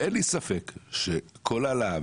אין לי ספק שכל העלאה,